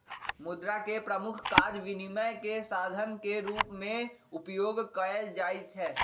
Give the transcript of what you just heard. मुद्रा के प्रमुख काज विनिमय के साधन के रूप में उपयोग कयल जाइ छै